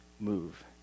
move